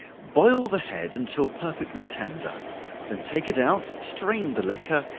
boil the head until perfectly tender then take it out, strain the liquor,